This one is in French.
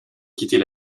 quitter